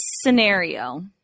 scenario